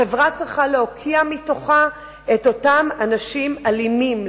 החברה צריכה להוקיע מתוכה את אותם אנשים אלימים,